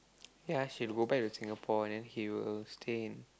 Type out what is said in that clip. ya she had to go back to Singapore and then he will stay in